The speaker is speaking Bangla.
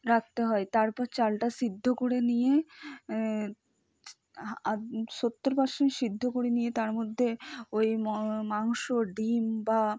রাখতে হয় তারপরে চালটা সিদ্ধ করে নিয়ে সত্তর পারসেন্ট সিদ্ধ করে তার মধ্যে ওই মাংস ডিম বা